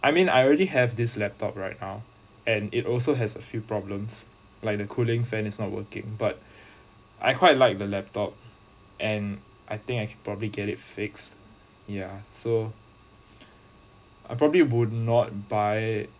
I mean I already have this laptop right now and it also has a few problems like the cooling fan is not working but I quite like the laptop and I think I can probably get it fixed ya so I probably would not buy